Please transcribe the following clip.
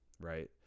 Right